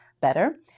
better